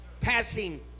Passing